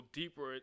deeper